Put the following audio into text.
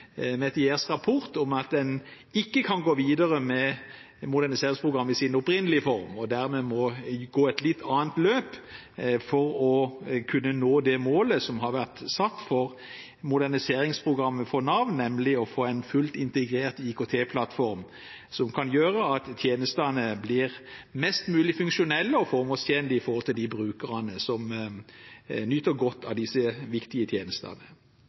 med moderniseringsprogrammet i sin opprinnelige form. Man må dermed gå et litt annet løp for å kunne nå det målet som har vært satt for moderniseringsprogrammet for Nav, nemlig å få en fullt integrert IKT-plattform som kan gjøre at tjenestene kan bli mest mulig funksjonelle og formålstjenlige for de brukerne som nyter godt av disse viktige tjenestene.